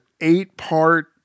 eight-part